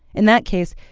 in that case,